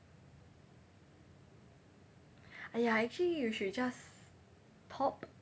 !aiya! actually you should just stop